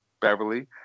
Beverly